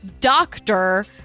doctor